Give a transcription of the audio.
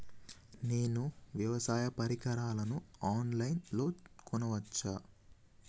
నేను వ్యవసాయ పరికరాలను ఆన్ లైన్ లో కొనచ్చా?